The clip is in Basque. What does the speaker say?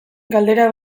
galdera